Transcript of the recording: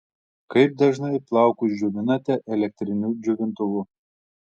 kaip dažnai plaukus džiovinate elektriniu džiovintuvu